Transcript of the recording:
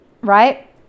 right